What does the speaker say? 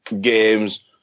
games